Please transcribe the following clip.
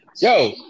Yo